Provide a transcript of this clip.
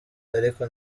ariko